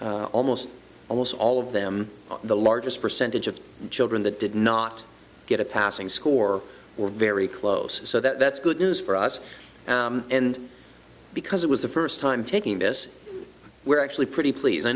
almost almost all of them the largest percentage of children that did not get a passing score were very close so that's good news for us and because it was the first time taking this we're actually pretty please i